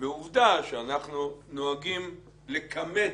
ועובדה שאנחנו נוהגים לקמץ,